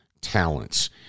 talents